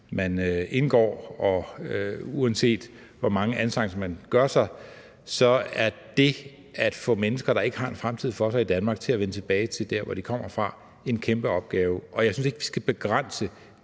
man indgår, og uanset hvor mange anstrengelser man gør sig, er det at få mennesker, der ikke har en fremtid for sig i Danmark, til at vende tilbage til der, hvor de kommer fra, en kæmpe opgave, og jeg synes ikke, vi skal begrænse